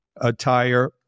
attire